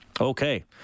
Okay